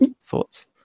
thoughts